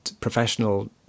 professional